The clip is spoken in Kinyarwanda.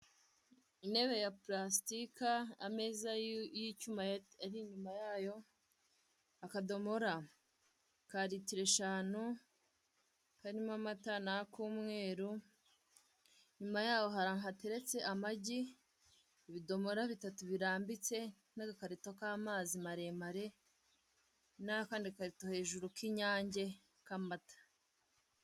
Intebe ya purasitike ameza y'icyuma ari inyuma yayo akadomora ka litiro eshanu harimo amata n'akumweru nyuma yaho hateretse amagi ibidomora bitatu birambitse n'agakarito k'amazi maremare, n'akandi gakarito hejuru k'inyange k'amata.